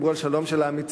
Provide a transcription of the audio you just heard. דיברו על שלום של האמיצים,